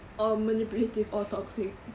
or manipulative or toxic